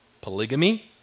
polygamy